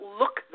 look